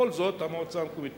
בכל זאת המועצה המקומית פוזרה.